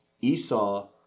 Esau